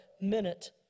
minute